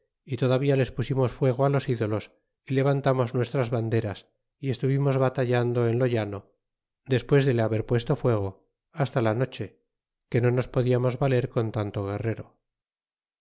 y todavía les pusimos fuego los ldolos y levantamos nuestras banderas y estuvimos batallando en lo llano despues de le haberpuesto fuego hasta la noche que no nos podiamos valer con tanto guerrero